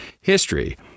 History